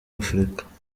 afrika